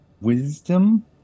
Wisdom